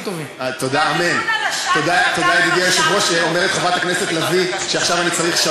שהיא היחידה מכל היועצות שלנו שתוכל לממש גם את הדבר הזה,